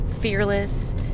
fearless